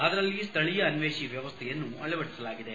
ಅದರಲ್ಲಿ ಸ್ವಳೀಯ ಅನ್ವೇಷಿ ವ್ಯವಸ್ಥೆಯನ್ನು ಅಳವಡಿಸಲಾಗಿದೆ